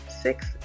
six